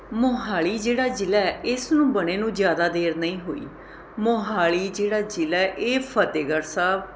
ਮੋਹਾਲੀ ਜਿਹੜਾ ਜ਼ਿਲ੍ਹਾ ਹੈ ਇਸਨੂੰ ਬਣੇ ਨੂੰ ਜ਼ਿਆਦਾ ਦੇਰ ਨਈ ਹੋਈ ਮੋਹਾਲੀ ਜਿਹੜਾ ਜ਼ਿਲ੍ਹਾ ਹੈ ਇਹ ਫਤਿਹਗੜ੍ਹ ਸਾਹਿਬ